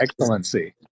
excellency